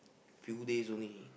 few days only